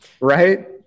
right